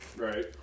Right